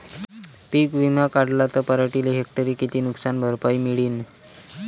पीक विमा काढला त पराटीले हेक्टरी किती नुकसान भरपाई मिळीनं?